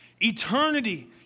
Eternity